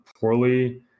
poorly